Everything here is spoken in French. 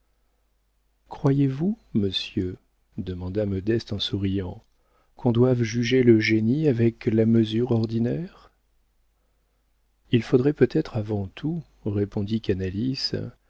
croyez-vous monsieur demanda modeste en souriant qu'on doive juger le génie avec la mesure ordinaire il faudrait peut-être avant tout répondit